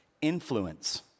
Influence